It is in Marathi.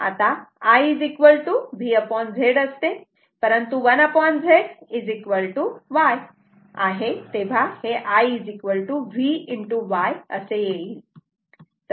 आता I V Z असते परंतु 1 Z Y आहे तेव्हा हे I VY येईल